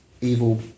evil